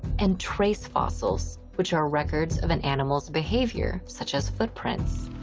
and trace fossils, which are records of an animal's behavior, such as footprints.